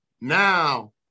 now